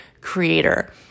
creator